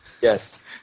Yes